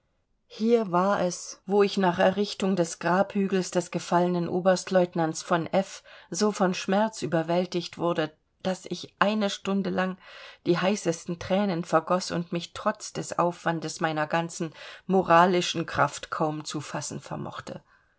hier war es wo ich nach errichtung des grabhügels des gefallenen oberstlieutenants v f so von schmerz überwältigt wurde daß ich eine stunde lang die heißesten thränen vergoß und mich trotz des aufwandes meiner ganzen moralischen kraft kaum zu fassen vermochte